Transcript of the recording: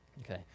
okay